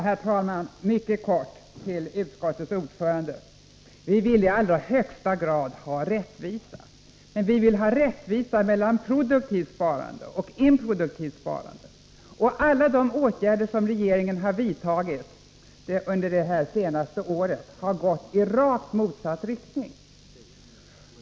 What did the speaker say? Herr talman! Mycket kort till utskottets ordförande: Vi vill i allra högsta grad ha rättvisa. Men vi vill ha rättvisa mellan produktivt sparande och improduktivt sparande. Alla de åtgärder som regeringen har vidtagit under det senaste året har gått i rakt motsatt riktning.